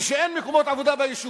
כשאין מקומות עבודה ביישוב,